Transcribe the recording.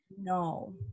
No